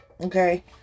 Okay